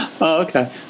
Okay